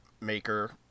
maker